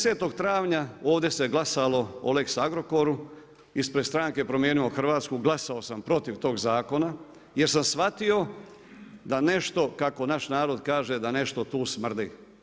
10. travnja ovdje se glasalo o lex Agrokoru, ispred stranke Promijenimo Hrvatsku glasao sam protiv tog zakona jer sam shvatio da nešto, kako naš narod kaže da nešto tu smrdi.